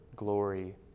glory